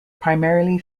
primarily